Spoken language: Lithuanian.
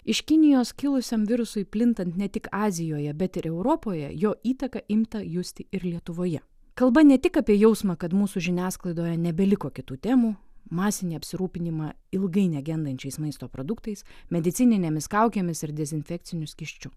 iš kinijos kilusiam virusui plintant ne tik azijoje bet ir europoje jo įtaka imta justi ir lietuvoje kalba ne tik apie jausmą kad mūsų žiniasklaidoje nebeliko kitų temų masinį apsirūpinimą ilgai negendančiais maisto produktais medicininėmis kaukėmis ir dezinfekciniu skysčiu